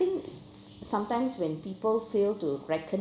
think s~ sometimes when people fail to recog~